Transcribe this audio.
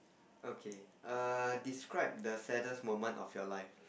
okay err describe the saddest moment of your life